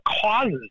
causes